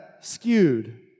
skewed